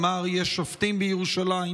אמר: יש שופטים בירושלים,